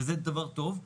וזה דבר טוב.